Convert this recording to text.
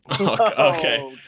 Okay